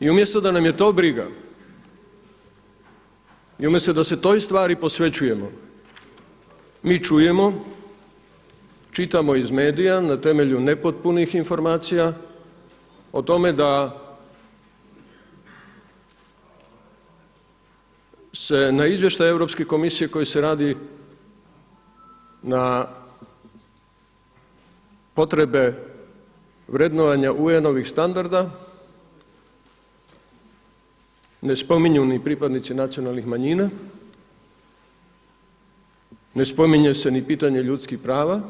I umjesto da nam je to briga i umjesto da se toj stvari posvećujemo mi čujemo, čitamo iz medija na temelju nepotpunih informacija o tome da se na izvještaj Europske komisije koji se radi na potrebe vrednovanja UN-ovih standarda ne spominju ni pripadnici nacionalnih manjina, ne spominje se ni pitanje ljudskih prava,